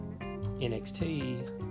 NXT